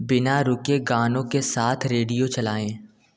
बिना रुके गानों के साथ रेडियो चलाएँ